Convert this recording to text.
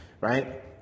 right